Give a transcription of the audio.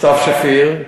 סתיו שפיר.